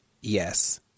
Yes